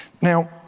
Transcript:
now